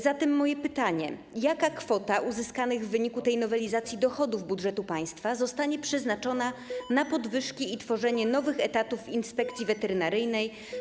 Zatem moje pytanie jest takie: Jaka kwota uzyskanych w wyniku tej nowelizacji dochodów budżetu państwa zostanie przeznaczona na podwyżki i tworzenie nowych etatów Inspekcji Weterynaryjnej?